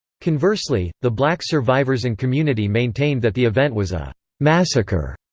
conversely, the black survivors and community maintained that the event was a massacre.